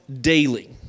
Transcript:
daily